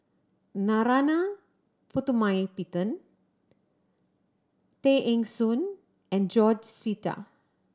Narana Putumaippittan Tay Eng Soon and George Sita